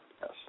Yes